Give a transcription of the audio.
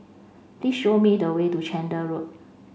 please show me the way to Chander Road